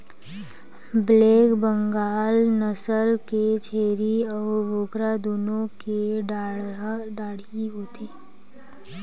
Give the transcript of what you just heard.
black Bengal नसल के छेरी अउ बोकरा दुनो के डाढ़ही होथे